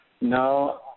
no